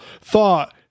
thought